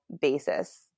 basis